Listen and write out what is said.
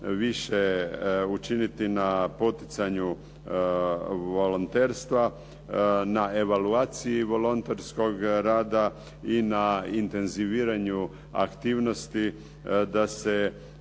više učiniti na poticanju volonterstva, na evaluaciji volonterskog rada i na intenziviranju aktivnosti da se